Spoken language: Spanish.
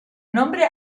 nombre